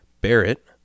Barrett